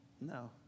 No